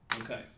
Okay